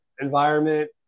environment